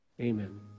Amen